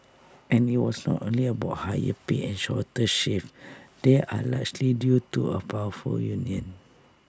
and IT was not only about higher pay and shorter shifts they are largely due to A powerful union